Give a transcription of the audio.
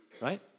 right